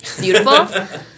beautiful